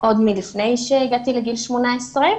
עוד לפני שהגעתי לגיל 18,